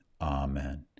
Amen